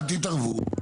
אל תתערבו.